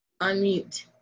unmute